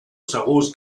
segurs